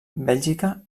bèlgica